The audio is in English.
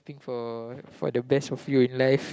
hoping for for the best of you in life